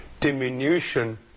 diminution